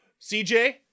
CJ